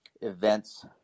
events